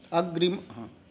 अग्रिम्